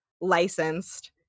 licensed